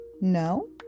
No